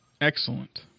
Excellent